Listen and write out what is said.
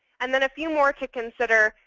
and then a few more to consider,